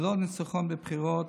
ללא ניצחון בבחירות,